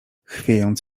chwiejąc